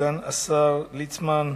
סגן השר ליצמן,